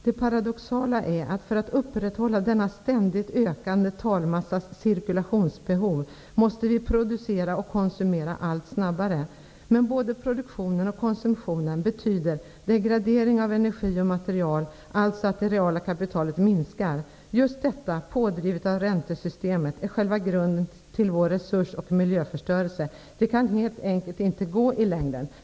Det paradoxala är att för att upprätthålla denna ständigt ökande talmassas cirkulationsbehov måste vi producera och konsumera allt snabbare. Men både produktion och konsumtion betyder degradering av energi och material, alltså att det reala kapitalet minskar. Just detta, pådrivet av räntesystemet, är själva grunden till vår resurs och miljöförstörelse. Det kan helt enkelt inte gå i längden.''